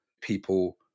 people